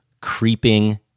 creeping